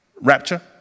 Rapture